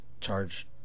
charge